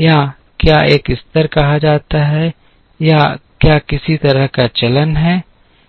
या क्या एक स्तर कहा जाता है या क्या किसी तरह का चलन है